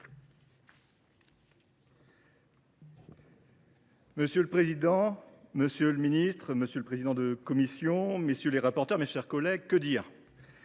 Monsieur le président, monsieur le ministre, monsieur le président de la commission, monsieur le rapporteur, mes chers collègues, nous sommes